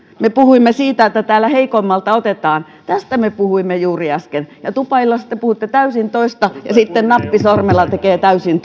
me puhuimme siitä että täällä heikoimmalta otetaan tästä me puhuimme juuri äsken ja tupailloissa te puhutte täysin toista ja sitten sormi napilla tekee täysin